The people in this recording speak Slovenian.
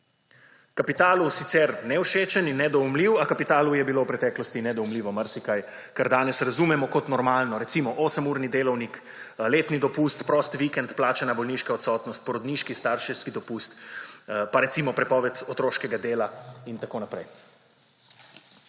Kapitalu sicer nevšečen in nedoumljiv, a kapitalu je bilo v preteklosti nedoumljivo marsikaj, kar danes razumemo kot normalno; recimo, osemurni delavnik, letni dopust, prost vikend, plačana bolniška odsotnost, porodniški, starševski dopust pa, recimo, prepoved otroškega dela in tako naprej.